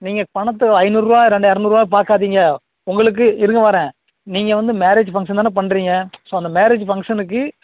நீங்கள் பணத்தை ஐநூறு ரூபா ரெண் இரநூறு ரூபாவ பார்க்காதீங்க உங்களுக்கு இருங்க வரேன் நீங்கள் வந்து மேரேஜ் ஃபங்க்ஷன் தானே பண்ணுறீங்க ஸோ அந்த மேரேஜ் ஃபங்க்ஷனுக்கு